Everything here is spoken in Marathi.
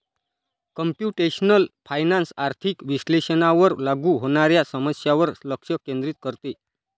कम्प्युटेशनल फायनान्स आर्थिक विश्लेषणावर लागू होणाऱ्या समस्यांवर लक्ष केंद्रित करते